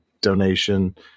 donation